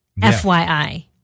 FYI